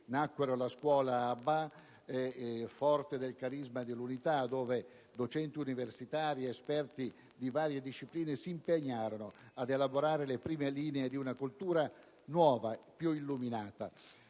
Nacque così la Scuola Abbà, forte del carisma dell'unità, dove docenti universitari ed esperti di varie discipline si impegnarono ad elaborare le prime linee di una cultura nuova, più illuminata.